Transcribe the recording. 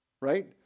Right